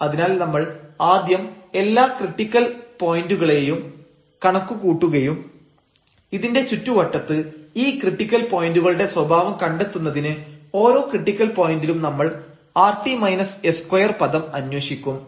അതിനാൽ നമ്മൾ ആദ്യം എല്ലാ ക്രിറ്റിക്കൽ പോയന്റുകളെയും കണക്കുകൂട്ടുകയും ഇതിന്റെ ചുറ്റുവട്ടത്ത് ഈ ക്രിട്ടിക്കൽ പോയന്റുകളുടെ സ്വഭാവം കണ്ടെത്തുന്നതിന് ഓരോ ക്രിട്ടിക്കൽ പോയന്റിലും നമ്മൾ rt s2 പദം അന്വേഷിക്കും